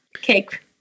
cake